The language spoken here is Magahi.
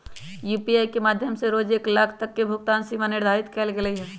यू.पी.आई के माध्यम से रोज एक लाख तक के भुगतान सीमा निर्धारित कएल गेल हइ